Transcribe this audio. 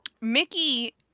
Mickey –